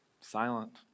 Silent